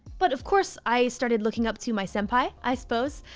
but of course i started looking up to my senpai, i suppose.